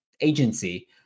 agency